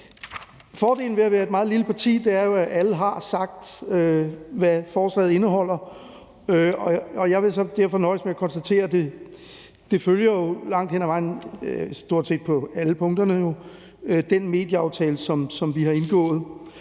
Fordelen ved at være et meget lille parti er jo, at alle har sagt, hvad forslaget indeholder, og jeg vil så derfor nøjes med at konstatere, at det jo langt hen ad vejen følger – stort set på alle punkterne – den medieaftale, som vi har indgået.